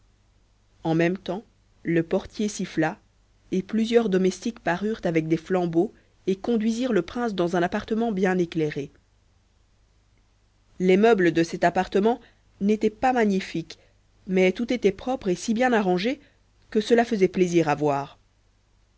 en même temps le portier siffla et plusieurs domestiques parurent avec des flambeaux et conduisirent le prince dans un appartement bien éclairé les meubles de cet appartement n'étaient point magnifiques mais tout était propre et si bien arrangé que cela faisait plaisir à voir